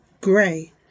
gray